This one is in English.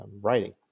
writing